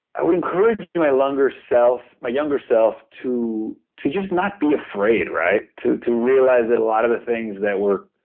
i would encourage my younger self, my younger self to to just not be afraid, right? to to realize that a lot of things that were,